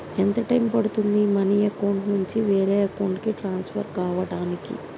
ఎంత టైం పడుతుంది money account నుంచి వేరే అకౌంట్ కి ట్రాన్స్ఫర్ కావటానికి?